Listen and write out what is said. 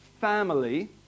family